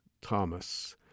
Thomas